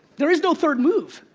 there is no third move.